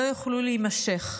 לא יוכלו להימשך.